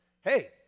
Hey